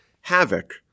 havoc